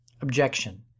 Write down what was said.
Objection